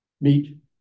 meet